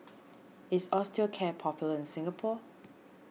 is Osteocare popular in Singapore